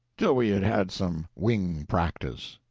till we had had some wing practice.